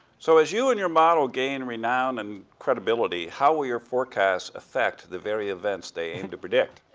so as you and your model gain renown and credibility, how will your forecast affect the very events they aim to predict?